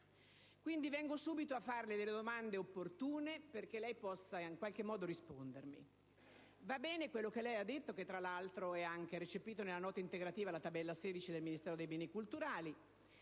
Quindi, vengo subito a farle delle domande opportune perché possa rispondermi. Va bene quanto da lei riferito, che tra l'altro è anche recepito nella Nota integrativa alla tabella 16 del Ministero per i beni culturali;